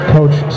Coach